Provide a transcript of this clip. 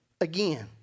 again